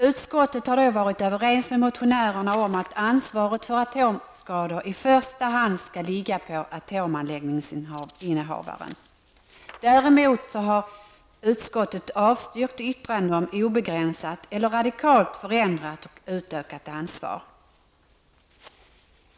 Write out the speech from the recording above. Utskottet har då varit överens med motionärerna om att ansvaret för atomskador i första hand skall ligga på atomanläggningsinnehavaren. Däremot har utskottet avstyrkt yrkanden om obegränsat eller radikalt förändrat och utökat ansvar.